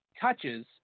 touches